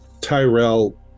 Tyrell